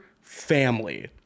family